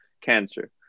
cancer